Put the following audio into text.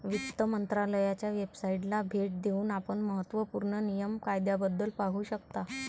वित्त मंत्रालयाच्या वेबसाइटला भेट देऊन आपण महत्त्व पूर्ण नियम कायद्याबद्दल पाहू शकता